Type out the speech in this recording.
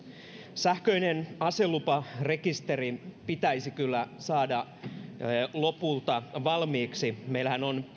sähköinen aseluparekisteri pitäisi kyllä saada lopulta valmiiksi meillähän on